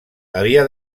havia